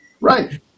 Right